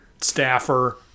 staffer